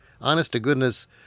honest-to-goodness